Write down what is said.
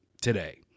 today